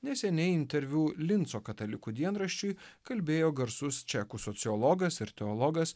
neseniai interviu linco katalikų dienraščiui kalbėjo garsus čekų sociologas ir teologas